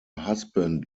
husband